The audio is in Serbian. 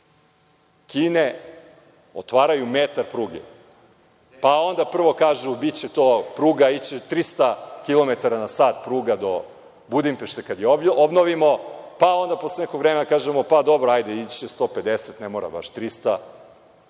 Kine otvaraju metar pruge, pa onda prvo kažu biće to pruga, ići će 300 km na sat do Budimpešte kada je obnovimo, pa onda posle nekog vremena kažemo – dobro, ići će 150, ne mora baš 300 i